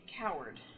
coward